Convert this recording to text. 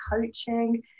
coaching